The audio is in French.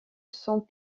cents